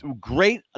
great